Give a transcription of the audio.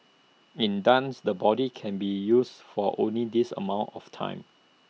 in dance the body can be used for only this amount of time